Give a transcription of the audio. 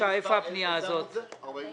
עמוד